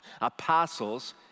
apostles